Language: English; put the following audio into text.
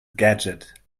gadget